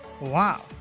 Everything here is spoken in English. Wow